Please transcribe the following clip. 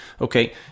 Okay